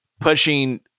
pushing